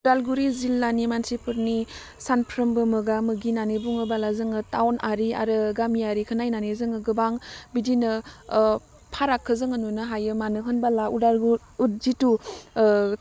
अदालगुरि जिल्लानि मानसिफोरनि सामफ्रोमबो मोगा मोगि होन्नानै बुङोबोला जोङो टाउनआरि आरो गामियारिखो नायनानै जोङो गोबां बिदिनो ओह फारागखो जोङो नुनो हायो मानो होनबोला अदालगु उथ जिथु